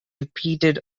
repeated